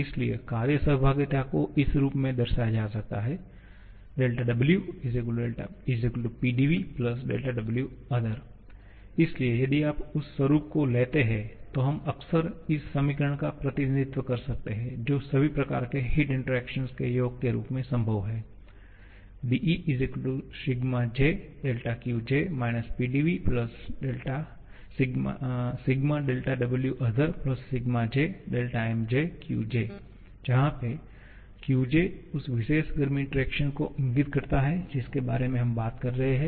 इसलिए कार्य सहभागिता को इस रूप में दर्शाया जा सकता है 𝛿𝑊 𝑃𝑑𝑉 𝛿𝑊𝑜𝑡ℎ𝑒𝑟 इसलिए यदि आप उस स्वरुप को लेते हैं तो हम अक्सर इस समीकरण का प्रतिनिधित्व कर सकते हैं जो सभी प्रकार के हिट इंटरेक्शन के योग के रूप में संभव है 𝑑𝐸 𝛴𝑗𝛿𝑄𝑗 − 𝑃𝑑𝑉 𝛴𝛿𝑊𝑜𝑡ℎ𝑒𝑟 𝛴𝑗 𝛿𝑚𝑗 θ𝑗 जहा पे 𝑄𝑗उस विशेष गर्मी इंटरैक्शन को इंगित करता है जिसके बारे में हम बात कर रहे हैं